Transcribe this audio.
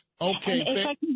Okay